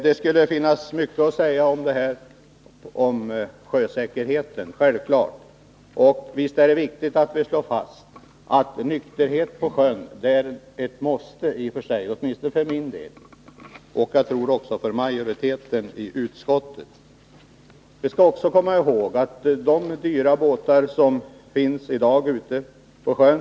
Det finns självfallet mycket att säga om sjösäkerheten, och visst är det viktigt att slå fast att nykterhet på sjön i och för sig är ett måste. Det anser åtminstone jag för min del, och det tror jag att också majoriteten i utskottet gör. Vi skall komma ihåg att det är dyra båtar som nu för tiden finns ute på sjön.